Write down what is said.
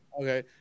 Okay